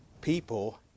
people